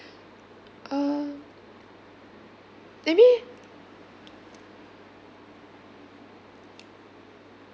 uh let me